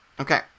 Okay